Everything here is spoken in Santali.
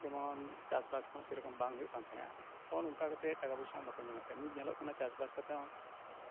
ᱡᱮᱢᱚᱱ ᱪᱟᱥᱵᱟᱥ ᱠᱚᱦᱚᱸ ᱥᱮᱨᱚᱠᱚᱢ ᱵᱟᱝ ᱦᱩᱭᱩᱜ ᱠᱟᱱ ᱛᱟᱦᱮᱸᱜᱼᱟ ᱚᱱᱼᱚᱝᱠᱟ ᱠᱟᱛᱮᱜ ᱴᱟᱠᱟ ᱯᱚᱭᱥᱟ ᱦᱚᱸ ᱵᱟᱠᱚ ᱧᱟᱢᱮᱫ ᱛᱟᱦᱮᱸᱫ ᱱᱤᱛ ᱧᱮᱞᱚᱜ ᱠᱟᱱᱟ ᱪᱟᱥ ᱵᱟᱥ ᱠᱟᱛᱮᱜ ᱦᱚᱸ